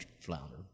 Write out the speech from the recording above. flounder